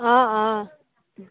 অঁ অঁ